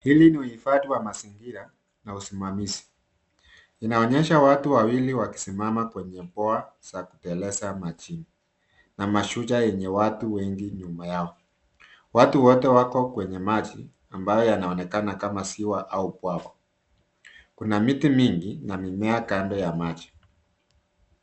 Hili ni uhifadhi wa mazingira na usimamizi. Inaonyesha watu wawili wakisimama kwenye boa za kuteleza majini na mashua yenye watu wengi nyuma yao. Watu wote wako kwenye maji ambayo yanaonekana kama ziwa au bwawa. Kuna miti mingi na mimea kando ya maji.